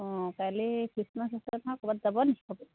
অঁ কাইলৈ খ্ৰীষ্টমাছ আছে নহয় ক'ৰবাত যাব নেকি ফুৰিব